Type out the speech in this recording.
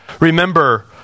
Remember